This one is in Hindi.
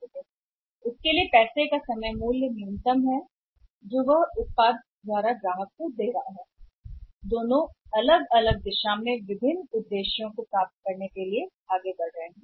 तो उसके लिए पैसे का समय मूल्य जो भुगतान कर रहा हैकंप्यूटर द्वारा उत्पाद के लिए न्यूनतम दोनों अलग अलग दिशाओं में और करने के लिए आगे बढ़ रहे हैं विभिन्न वस्तुओं को प्राप्त करते हैं